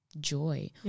joy